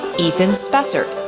ethan spessert,